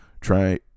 Try